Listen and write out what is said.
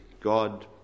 God